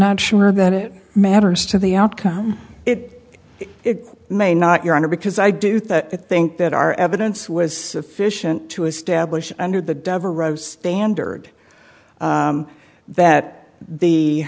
not sure that it matters to the outcome it may not your honor because i do i think that our evidence was sufficient to establish under the standard that the